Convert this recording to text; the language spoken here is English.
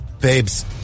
Babes